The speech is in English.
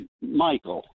Michael